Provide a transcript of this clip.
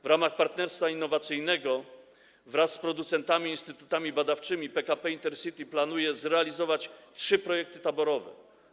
W ramach partnerstwa innowacyjnego wraz z producentami i instytutami badawczymi PKP Intercity planuje zrealizować trzy projekty taborowe.